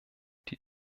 die